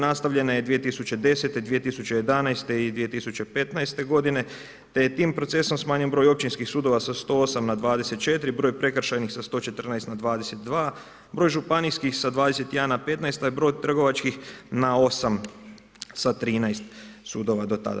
Nastavljena je 2010., 2011. i 2015. godine te je tim procesom smanjen broj općinskih sudova sa 108 na 24, broj prekršajnih sa 114 na 22, broj županijskih sa 21 na 15 te broj trgovačkih na 8 sa 13 sudova do tada.